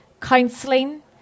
counselling